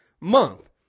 month